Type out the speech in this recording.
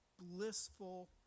blissful